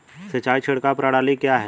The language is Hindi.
सिंचाई छिड़काव प्रणाली क्या है?